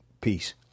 Peace